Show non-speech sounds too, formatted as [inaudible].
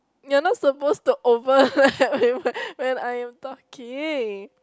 you're not suppose overlap [laughs] when I am talking